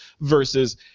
versus